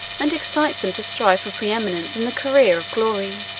and excites them to strive for preeminence in the career of glory.